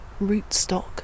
rootstock